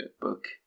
book